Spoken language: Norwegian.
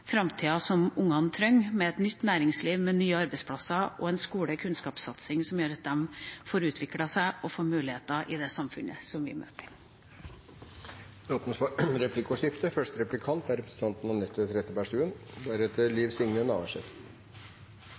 framtida som ungene trenger, med et nytt næringsliv, med nye arbeidsplasser og med en skole- og kunnskapssatsing som gjør at de får utviklet seg og får muligheter i det samfunnet vi møter. Det blir replikkordskifte. Vi skal ikke diskutere fødsler i denne salen, men jeg synes representanten